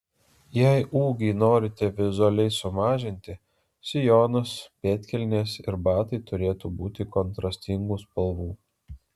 jei ūgį norite vizualiai sumažinti sijonas pėdkelnės ir batai turėtų būti kontrastingų spalvų